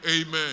amen